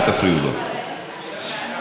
תראה,